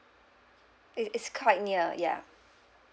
it's it's quite near yeah